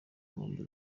nkombe